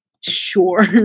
Sure